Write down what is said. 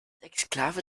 exklave